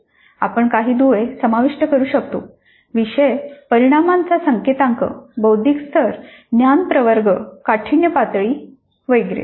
आपण काही दुवे समाविष्ट करू शकतो विषय परिणामांचा संकेतांक बौद्धिक स्तर ज्ञान प्रवर्ग काठीण्य पातळी वगैरे